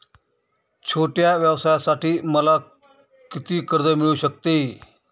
छोट्या व्यवसायासाठी मला किती कर्ज मिळू शकते?